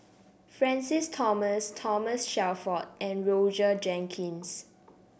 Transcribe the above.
Francis Thomas Thomas Shelford and Roger Jenkins